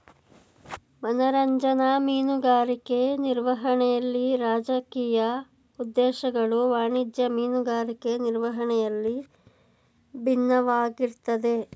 ಮನರಂಜನಾ ಮೀನುಗಾರಿಕೆ ನಿರ್ವಹಣೆಲಿ ರಾಜಕೀಯ ಉದ್ದೇಶಗಳು ವಾಣಿಜ್ಯ ಮೀನುಗಾರಿಕೆ ನಿರ್ವಹಣೆಯಲ್ಲಿ ಬಿನ್ನವಾಗಿರ್ತದೆ